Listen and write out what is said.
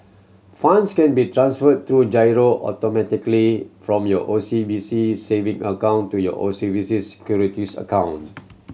funds can be transferred through giro automatically from your O C B C saving account to your O C B C Securities account